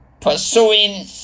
pursuing